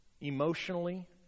Emotionally